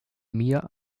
mir